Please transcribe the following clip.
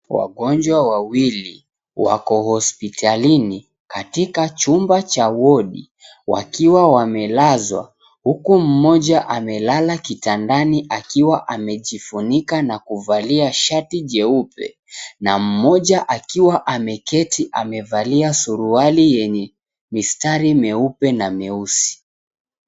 Wagonjwa wawili wako hospitalini katika chumba cha wodi wakiwa wamelazwa, huku mmoja akiwa amelala kitandani akiwa amejifunika na kuvalia shati jeupe na mmoja akiwa ameketi amevalia suruali yenye mistari mieupe na mieusi.